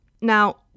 Now